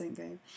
game